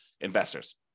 investors